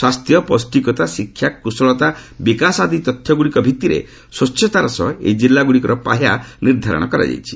ସ୍ୱାସ୍ଥ୍ୟ ଫୌଷ୍ଟିକତା ଶିକ୍ଷା କୁଶଳତା ବିକାଶ ଆଦି ତଥ୍ୟଗୁଡ଼ିକ ଭିଭିରେ ସ୍ୱଚ୍ଚତାର ସହ ଏହି ଜିଲ୍ଲାଗୁଡ଼ିକର ପାହ୍ୟା ନିର୍ଦ୍ଧାରଣ କରାଯାଇଛି